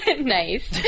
Nice